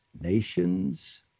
nations